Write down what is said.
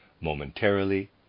momentarily